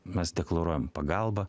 mes deklaruojam pagalbą